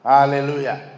Hallelujah